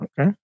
Okay